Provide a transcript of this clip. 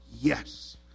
Yes